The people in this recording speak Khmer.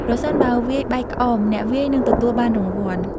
ប្រសិនបើវាយបែកក្អម អ្នកវាយនឹងទទួលបានរង្វាន់។